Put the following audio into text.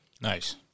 Nice